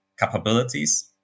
capabilities